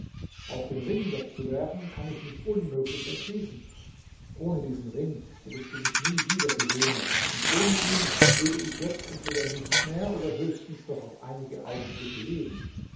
auch den ring wegzuwerfen kann ich mich unmöglich entschließen ohne diesen ring hättest du mich nie wieder gesehen und ohne ihn würde ich jetzt entweder nicht mehr oder höchstens noch auf einige augenblicke leben